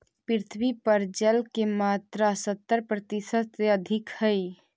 पृथ्वी पर जल के मात्रा सत्तर प्रतिशत से अधिक हई